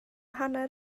hanner